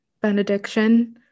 benediction